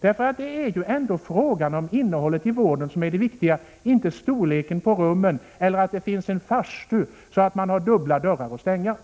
Det är innehållet i vården som är det viktiga, inte storleken på rummen eller att det finns en farstu så att man har dubbla dörrar att stänga.